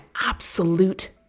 absolute